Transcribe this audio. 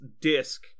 disc